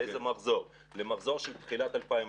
למחזור של תחילת 2020?